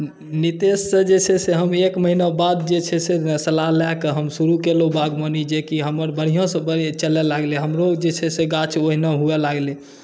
नितेशसँ जे छै से हम एक महिना बाद जे छै से सलाह लए कऽ हम शुरू केलहुँ बागबानी जे कि हमर बढ़िआँसँ बड़इ चलय लागलै हमरो जे छै से गाछ ओहिना हुअ लागलै